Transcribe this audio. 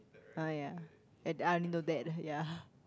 ah ya I only know that ya